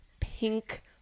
pink